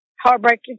Heartbreaking